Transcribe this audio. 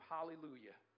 Hallelujah